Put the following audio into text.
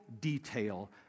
detail